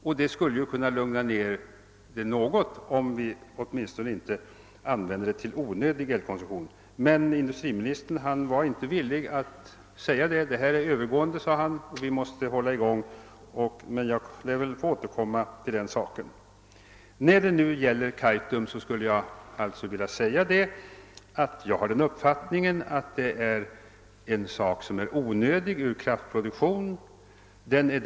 Man skulle ju åtminstone kunna undvika onödig elkonsumtion. Men industriministern var inte villig att hålla med om detta utan sade, att det var någonting övergående och att vi måste hålla i gång. Jag lär emellertid få återkomma till denna sak. När det nu gäller Kaitum skulle jag vilja framhålla, att jag har den uppfattningen att projektet är onödigt från kraftproduktionssynpunkt.